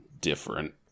different